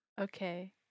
okay